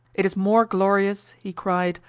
it is more glorious, he cried,